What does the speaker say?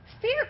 Fear